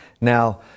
Now